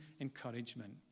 encouragement